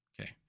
Okay